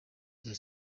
rya